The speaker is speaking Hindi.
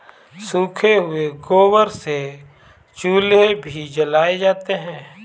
सूखे हुए गोबर से चूल्हे भी जलाए जाते हैं